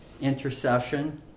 intercession